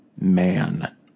man